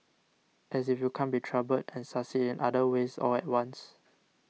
as if you can't be troubled and succeed in other ways all at once